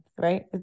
right